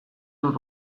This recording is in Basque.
dut